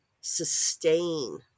sustain